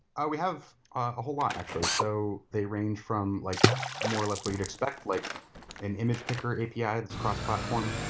ah we have a whole lot actually. so they range from like more or less what you'd expect like an image picker api yeah that's cross-platform.